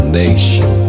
nation